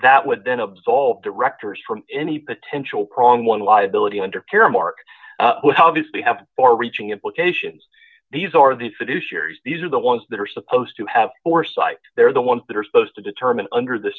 that would then absolve directors from any potential prong one liability under caremark obviously have far reaching implications these are the fiduciary these are the ones that are supposed to have foresight they're the ones that are supposed to determine under the